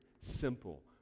simple